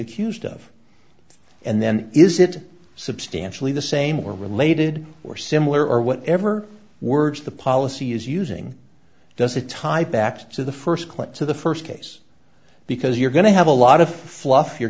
accused of and then is it substantially the same or related or similar or whatever words the policy is using does it tie back to the st clip to the st case because you're going to have a lot of fluff you're